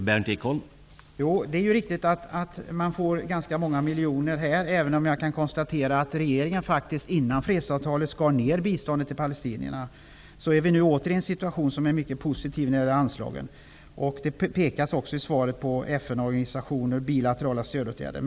Herr talman! Det är riktigt att PLO får ganska många miljoner. Även om jag konstaterar att regeringen före fredsavtalet skar ner biståndet till palestinierna, är situationen nu mycket positiv när det gäller anslagen. Det pekas också i svaret på FN organisationer och bilaterala stödåtgärder.